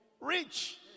rich